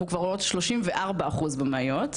אנחנו כבר רואות שלושים וארבע אחוז במאיות.